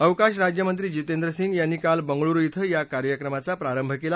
अवकाश राज्यमंत्री जितेंद्र सिंग यांनी काल बंगळुरु इथं या कार्यक्रमाचा प्रारंभ केला